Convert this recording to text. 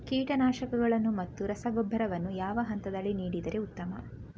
ಕೀಟನಾಶಕಗಳನ್ನು ಮತ್ತು ರಸಗೊಬ್ಬರವನ್ನು ಯಾವ ಹಂತದಲ್ಲಿ ನೀಡಿದರೆ ಉತ್ತಮ?